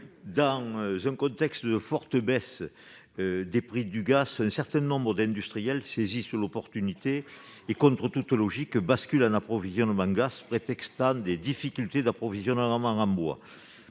Dans un contexte de forte baisse des prix du gaz, un certain nombre d'industriels saisissent l'occasion et, contre toute logique, basculent en approvisionnement au gaz, prétextant des difficultés d'approvisionnement en bois.